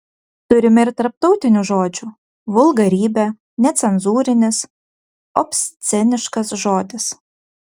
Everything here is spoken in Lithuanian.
turime ir tarptautinių žodžių vulgarybė necenzūrinis obsceniškas žodis